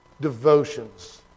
devotions